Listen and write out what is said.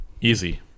Easy